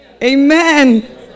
Amen